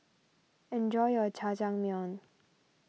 enjoy your Jajangmyeon